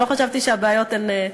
שלא חשבתי שהבעיות הן,